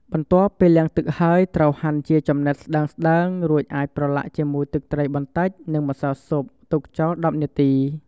បន្ទាប់ពីលាងទឹកហើយ ត្រូវហាន់ជាចំណិតស្ដើងៗ រួចអាចប្រឡាក់ជាមួយទឹកត្រីបន្តិច និងម្សៅស៊ុប ទុកចោល ១០ នាទី។